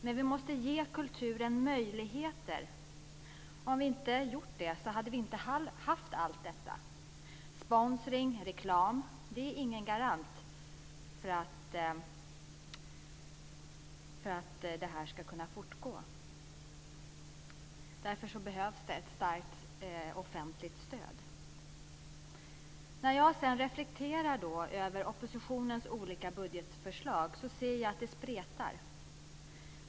Men vi måste ge kulturen möjligheter. Om vi inte hade gjort så hade vi inte haft allt detta. Sponsring och reklam är inga garanter för att det här ska fortgå. Därför behövs ett starkt offentligt stöd. När jag sedan reflekterar över oppositionens olika budgetförslag ser jag att de spretar.